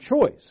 choice